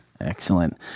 Excellent